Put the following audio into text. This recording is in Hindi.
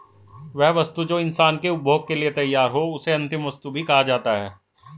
वह वस्तु जो इंसान के उपभोग के लिए तैयार हो उसे अंतिम वस्तु भी कहा जाता है